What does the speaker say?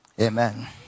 Amen